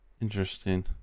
interesting